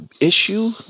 issue